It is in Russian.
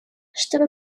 чтобы